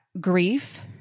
grief